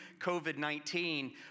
COVID-19